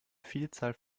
vielzahl